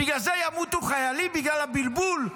בגלל זה ימותו חיילים, בגלל הבלבול?